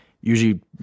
usually